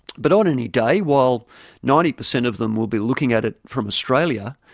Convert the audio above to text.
but on any day, while ninety per cent of them will be looking at it from australia,